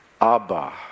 Abba